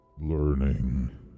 learning